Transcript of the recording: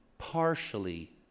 partially